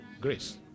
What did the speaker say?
grace